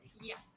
Yes